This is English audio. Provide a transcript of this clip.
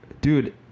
dude